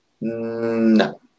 No